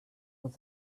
with